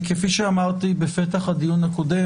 כפי שאמרתי בפתח הדיון הקודם,